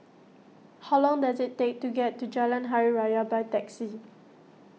how long does it take to get to Jalan Hari Raya by taxi